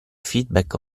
feedback